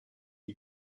die